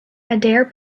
adair